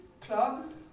clubs